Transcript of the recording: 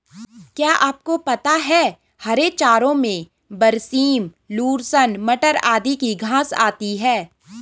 क्या आपको पता है हरे चारों में बरसीम, लूसर्न, मटर आदि की घांस आती है?